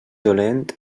dolent